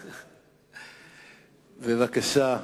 בבקשה,